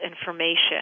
information